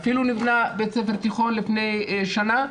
אפילו נבנה בית ספר תיכון לפני שנה,